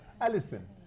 alison